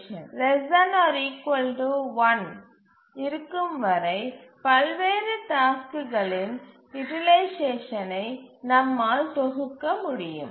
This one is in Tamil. யூட்டிலைசேஷன் ≤1 இருக்கும் வரை பல்வேறு டாஸ்க்குகளின் யூட்டிலைசேஷனை நம்மால் தொகுக்க முடியும்